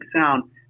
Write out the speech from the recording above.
sound